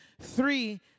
three